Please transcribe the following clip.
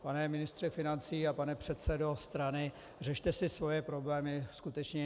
Pane ministře financí a pane předsedo strany, řešte si svoje problémy skutečně jinde.